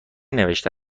نوشته